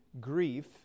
grief